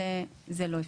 זה לא אפשרי.